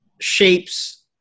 shapes